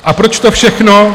A proč to všechno?